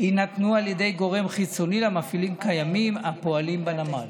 יינתנו על ידי גורם חיצוני למפעילים הקיימים הפועלים בנמל.